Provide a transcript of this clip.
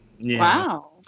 Wow